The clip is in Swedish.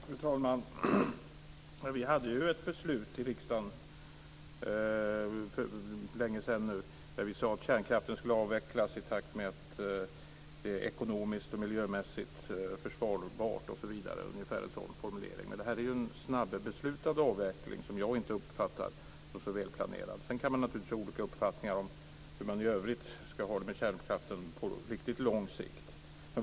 Fru talman! Vi hade ju ett beslut i riksdagen för länge sedan nu där vi sade att kärnkraften skulle avvecklas i takt med att det var ekonomiskt och miljömässigt försvarbart osv. Ungefär så var det formulerat. Men det här är ju en snabbeslutad avveckling som jag inte uppfattar som så välplanerad. Sedan kan man naturligtvis ha olika uppfattningar om hur man i övrigt ska ha det med kärnkraften på riktigt lång sikt.